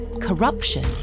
corruption